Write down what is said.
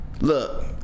Look